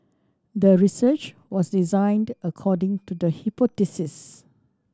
the research was designed according to the hypothesis